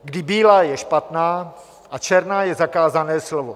Kdy bílá je špatná a černá je zakázané slovo.